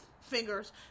fingers